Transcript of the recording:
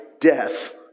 death